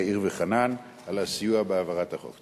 יאיר וחנן על הסיוע בהעברת החוק.